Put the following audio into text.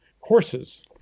courses